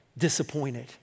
Disappointed